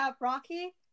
Rocky